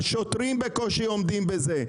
השוטרים בקושי עומדים בזה.